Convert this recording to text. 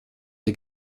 der